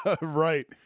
Right